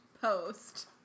post